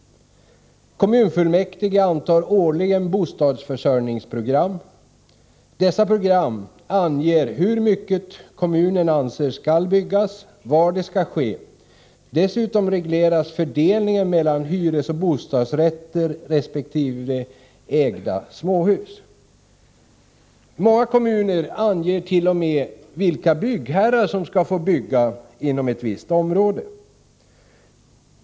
Kommunfullmäktige antar årligen bostadsförsörjningsprogram. Dessa program anger hur mycket kommunen anser skall byggas och var det skall ske. Dessutom regleras fördelningen mellan hyresoch bostadsrätter resp. enskilt ägda småhus. Många kommuner anger t.o.m. vilka byggherrar som skall få bygga inom ett visst område.